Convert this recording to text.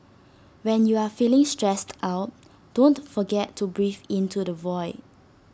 when you are feeling stressed out don't forget to breathe into the void